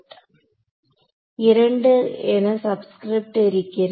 2 என சப்ஸ்கிரிப்ட் இருக்கிறது